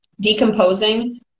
decomposing